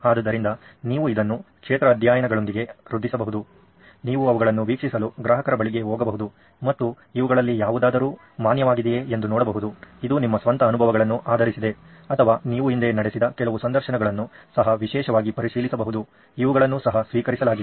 ಆದ್ದರಿಂದ ನೀವು ಇದನ್ನು ಕ್ಷೇತ್ರ ಅಧ್ಯಯನಗಳೊಂದಿಗೆ ವೃದ್ಧಿಸಬಹುದು ನೀವು ಅವುಗಳನ್ನು ವೀಕ್ಷಿಸಲು ಗ್ರಾಹಕರ ಬಳಿಗೆ ಹೋಗಬಹುದು ಮತ್ತು ಇವುಗಳಲ್ಲಿ ಯಾವುದಾದರೂ ಮಾನ್ಯವಾಗಿದೆಯೇ ಎಂದು ನೋಡಬಹುದು ಇದು ನಿಮ್ಮ ಸ್ವಂತ ಅನುಭವಗಳನ್ನು ಆಧರಿಸಿದೆ ಅಥವಾ ನೀವು ಹಿಂದೆ ನಡೆಸಿದ ಕೆಲವು ಸಂದರ್ಶನಗಳನ್ನು ಸಹ ವಿಶೇಷವಾಗಿ ಪರಿಶೀಲಿಸಬಹುದು ಇವುಗಳನ್ನು ಸಹ ಸ್ವೀಕರಿಸಲಾಗಿದೆ